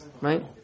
right